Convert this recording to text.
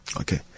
Okay